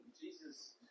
Jesus